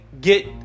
get